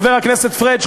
חבר הכנסת פריג',